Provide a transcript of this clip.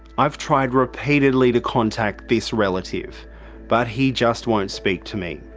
i've tried repeatedly to contact this relative but he just won't speak to me.